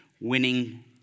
winning